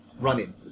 Running